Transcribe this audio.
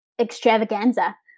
extravaganza